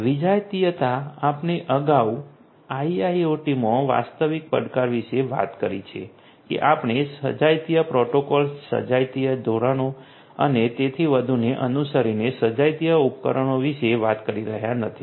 વિજાતીયતા આપણે અગાઉ આઇઓઓટીમાં વાસ્તવિક પડકાર વિશે વાત કરી છે કે આપણે સજાતીય પ્રોટોકોલ્સ સજાતીય ધોરણો અને તેથી વધુને અનુસરીને સજાતીય ઉપકરણો વિશે વાત કરી રહ્યા નથી